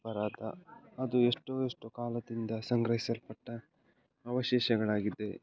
ಅಪರಾಧ ಅದು ಎಷ್ಟೋ ಎಷ್ಟೊ ಕಾಲದಿಂದ ಸಂಗ್ರಹಿಸಲ್ಪಟ್ಟ ಅವಶೇಷಗಳಾಗಿದೆ